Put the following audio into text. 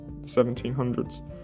1700s